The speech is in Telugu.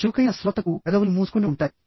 చురుకైన శ్రోతకు పెదవులు మూసుకుని ఉంటాయి